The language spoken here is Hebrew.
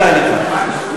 בדיוק.